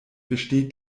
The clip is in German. besteht